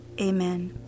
Amen